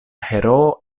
heroo